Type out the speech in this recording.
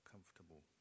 comfortable